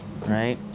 right